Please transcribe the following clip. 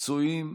פצועים,